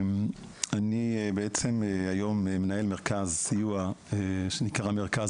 אני בעצם היום מנהל מרכז סיוע שנקרא המרכז